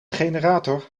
generator